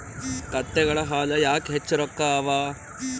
ಕತ್ತೆಗಳ ಹಾಲ ಯಾಕ ಹೆಚ್ಚ ರೊಕ್ಕ ಅವಾ?